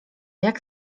jak